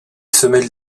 semelles